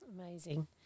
Amazing